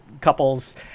couples